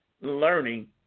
learning